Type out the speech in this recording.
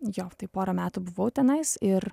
jo tai pora metų buvau tenais ir